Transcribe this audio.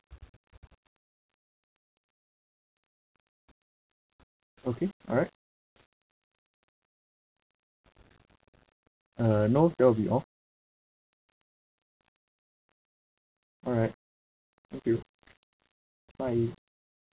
okay alright uh no that will be all alright thank you bye